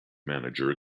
manager